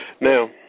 Now